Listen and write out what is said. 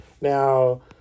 Now